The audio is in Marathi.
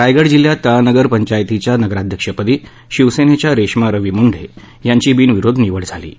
रायगड जिल्हयात तळा नगर पंचायतीच्या नगराध्यक्षपदी शिवसेनेच्या रेश्मा रवी मुंडे यांची बिनविरोध निवड झाली आहे